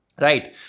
Right